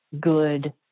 good